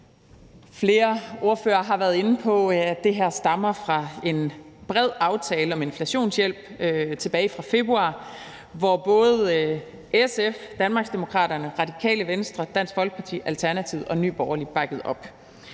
Flere ordførere har været inde på, at det her stammer fra en bred aftale om inflationshjælp tilbage fra februar, hvor både SF, Danmarksdemokraterne, Radikale Venstre, Dansk Folkeparti, Alternativet og Nye Borgerlige bakkede op.